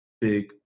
big